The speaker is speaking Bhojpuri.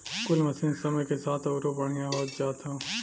कुल मसीन समय के साथ अउरो बढ़िया होत जात हौ